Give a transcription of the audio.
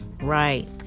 Right